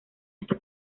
hasta